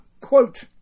Quote